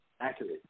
accurate